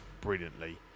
brilliantly